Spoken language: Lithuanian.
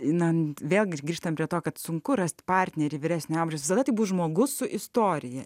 i na vėl grįžtam prie to kad sunku rasti partnerį vyresnio amžiaus visada tai bus žmogus su istorija